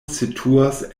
situas